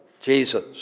Jesus